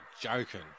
Joking